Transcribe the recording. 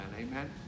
Amen